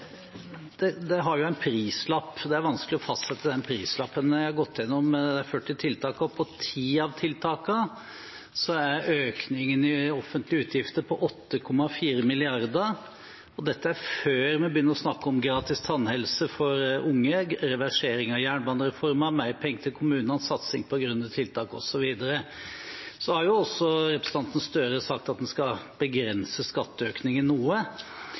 punkter. Det har jo en prislapp. Det er vanskelig å fastsette den prislappen, men jeg har gått igjennom de 40 tiltakene, og for 10 av dem er økningen i offentlige utgifter på 8,4 mrd. kr. Dette er før vi begynner å snakke om gratis tannhelse for unge, reversering av jernbanereformen, mer penger til kommunene, satsing på grønne tiltak, osv. Representanten Gahr Støre har også sagt at han skal begrense skatteøkningen noe.